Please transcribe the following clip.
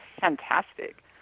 fantastic